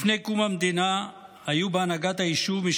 לפני קום המדינה היו בהנהגת היישוב מי